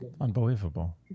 unbelievable